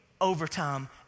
overtime